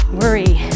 worry